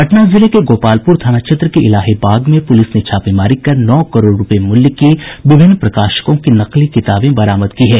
पटना जिले के गोपालपुर थाना क्षेत्र के इलाहीबाग में पुलिस ने छापेमारी कर नौ करोड़ रूपये मूल्य की विभिन्न प्रकाशकों की नकली किताबें बरामद की है